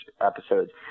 episodes